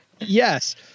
Yes